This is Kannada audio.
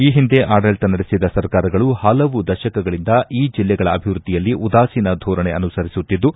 ಈ ಹಿಂದೆ ಆಡಳಿತ ನಡೆಸಿದ ಸರ್ಕಾರಗಳು ಪಲವು ದಶಕಗಳಿಂದ ಈ ಜಿಲ್ಲೆಗಳ ಅಭಿವೃದ್ಧಿಯಲ್ಲಿ ಉದಾಸೀನ ಧೋರಣೆ ಅನುಸರಿಸಿದ್ದು